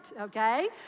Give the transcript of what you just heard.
okay